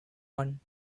one